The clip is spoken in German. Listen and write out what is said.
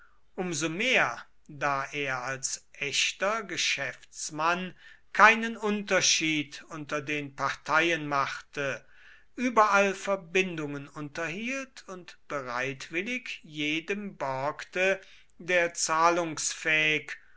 so mehr da er als echter geschäftsmann keinen unterschied unter den parteien machte überall verbindungen unterhielt und bereitwillig jedem borgte der zahlungsfähig